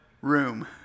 room